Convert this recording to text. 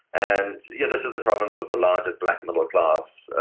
and you know this is the province with the largest black middle class,